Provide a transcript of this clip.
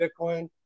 Bitcoin